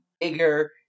bigger